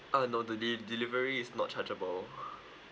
uh no the de~ delivery is not chargeable